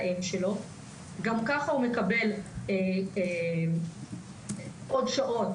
גם כך הוא מקבל עוד שעות,